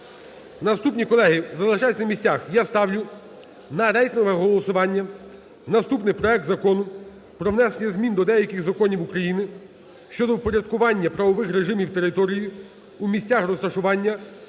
Наступне. Колеги, залишайтесь на місцях. Я ставлю на рейтингове голосування наступний проект Закону про внесення змін до деяких законів України щодо впорядкування правових режимів території у місцях розташування